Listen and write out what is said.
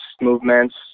movements